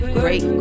great